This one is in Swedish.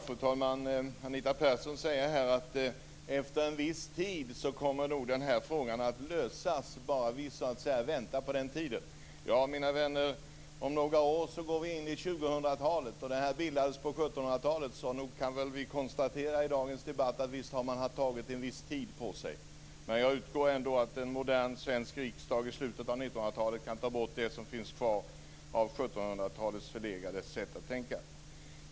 Fru talman! Anita Persson säger att efter en viss tid kommer nog den här frågan att lösas, bara vi väntar på den tiden. Ja, mina vänner, vi går nu in i 2000-talet och de här arrendena bildades på 1700-talet, så nog kan vi konstatera i dagens debatt att man har tagit en viss tid på sig. Men jag utgår ändå från att en modern svensk riksdag i slutet av 1900-talet kan ta bort det som finns kvar av 1700-talets förlegade sätt att tänka.